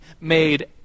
made